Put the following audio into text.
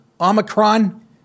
Omicron